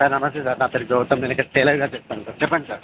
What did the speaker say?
sir namaste sir నా పేరు గౌతమ్ నేను ఇక్కడ టైలర్గా చేస్తాను సార్ చెప్పండి సార్